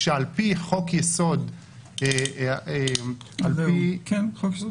כשסעיף 7א(א)(1) בחוק יסוד